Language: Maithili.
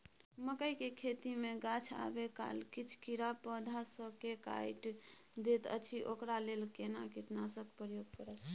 मकई के खेती मे गाछ आबै काल किछ कीरा पौधा स के काइट दैत अछि ओकरा लेल केना कीटनासक प्रयोग करब?